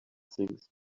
things